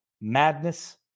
madness